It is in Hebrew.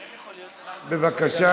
איך יכול להיות, בבקשה.